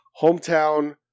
Hometown